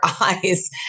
eyes